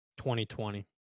2020